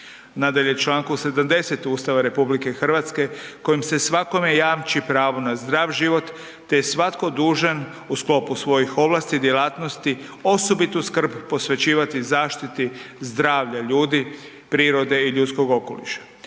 Nadalje, čl. 70. Ustava RH kojim se svakome jamči pravo na zdrav život te je svatko dužan u sklopu svojih ovlasti i djelatnosti osobitu skrb posvećivati zaštiti zdravlja ljudi, prirode i ljudskog okoliša;